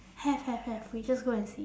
have have have we just go and see